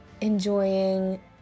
enjoying